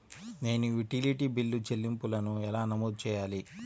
నేను utility bill చెల్లింపులను ఎలా నమోదు చేయాలి?